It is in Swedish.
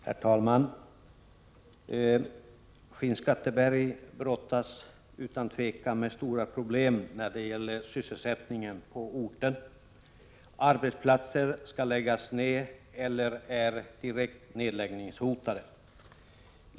Herr talman! Skinnskatteberg brottas utan tvivel med stora problem när det gäller sysselsättningen. Somliga arbetsplatser skall läggas ned, andra är direkt nedläggningshotade.